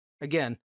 again